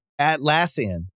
Atlassian